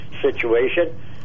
situation